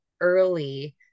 early